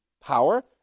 power